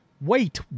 Wait